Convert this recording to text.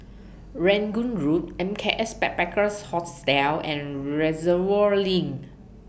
Rangoon Road M K S Backpackers Hostel and Reservoir LINK